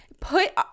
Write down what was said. put